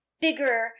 bigger